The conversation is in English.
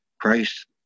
Christ